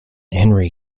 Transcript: henry